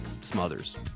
Smothers